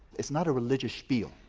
it's not a religious spiel,